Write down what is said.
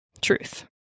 Truth